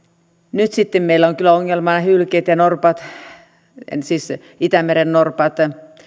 nyt sitten meillä on kyllä ongelmana nämä hylkeet ja norpat siis itämerennorpat